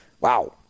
Wow